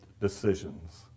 decisions